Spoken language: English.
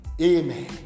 Amen